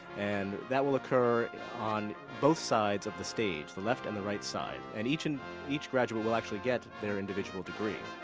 and that will occur on both sides of the stage, the left and the right side, and each and each graduate will actually get their individual degree.